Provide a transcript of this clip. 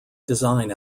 design